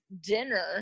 dinner